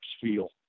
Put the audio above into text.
feel